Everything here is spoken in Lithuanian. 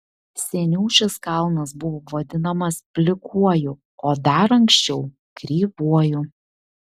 seniau šis kalnas buvo vadinamas plikuoju o dar anksčiau kreivuoju